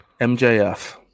MJF